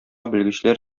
белгечләр